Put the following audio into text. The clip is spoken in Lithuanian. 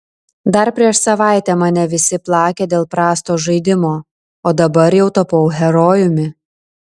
dar prieš savaitę mane visi plakė dėl prasto žaidimo o dabar jau tapau herojumi